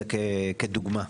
זה כדוגמה.